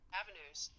avenues